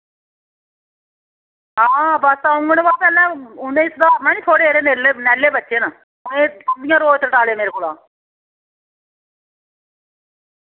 हां बस औङन बा पैह्ले उ'नेंगी सधारना नी थोह्ड़े हारे नैह्ले नैह्ले बच्चे न रोज तड़ाले मेरे कोला